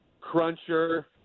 cruncher